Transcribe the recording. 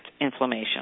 inflammation